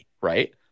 right